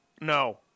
no